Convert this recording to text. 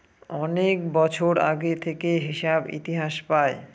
অনেক বছর আগে থেকে হিসাব ইতিহাস পায়